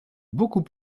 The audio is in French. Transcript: beaucoup